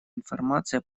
информация